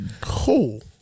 Cool